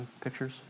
pictures